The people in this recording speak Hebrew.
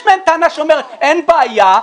יש טענה שאומרת: אין בעיה,